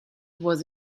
was